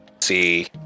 See